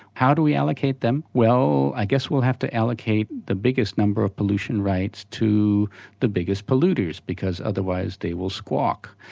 how do we allocate them? well i guess we'll have to allocate the biggest number of pollution rights to the biggest polluters because otherwise they will squawk.